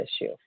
issue